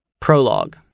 Prologue